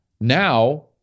now